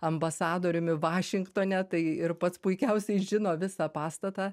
ambasadoriumi vašingtone tai ir pats puikiausiai žino visą pastatą